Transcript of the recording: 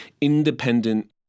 independent